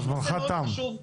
יש נושא מאוד חשוב.